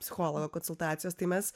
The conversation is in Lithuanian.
psichologo konsultacijos tai mes